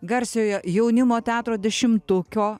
garsiojo jaunimo teatro dešimtukio